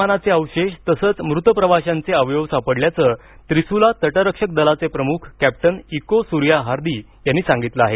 विमानाचे अवशेष तसंच मृत प्रवाशांचे अवयव सापडल्याचं त्रिसुला तटरक्षक दलाचे प्रमुख कॅप्टन इको सूर्या हादी यांनी सांगितलं आहे